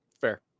fair